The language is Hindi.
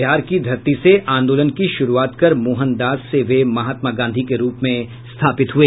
बिहार की धरती से आंदोलन की शुरुआत कर मोहन दास से वे महात्मा गांधी के रुप में स्थापित हुए